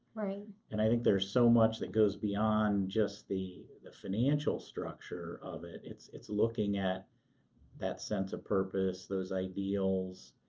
and i think there's so much that goes beyond just the the financial structure of it, it's it's looking at that sense of purpose, those ideals,